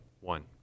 One